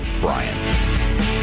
Brian